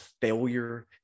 failure